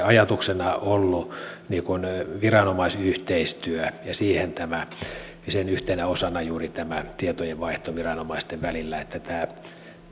ajatuksena ollut viranomaisyhteistyö ja sen yhtenä osana juuri tämä tietojenvaihto viranomaisten välillä että